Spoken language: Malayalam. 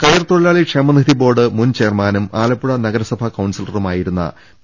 കയർ തൊഴിലാളി ക്ഷേമനിധി ബോർഡ് മുൻ ചെയർമാനും ആല പ്പുഴ നഗരസഭാ കൌൺസിലറും ആയിരുന്ന പി